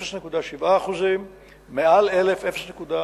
0.7%; מעל 1,000 ש"ח,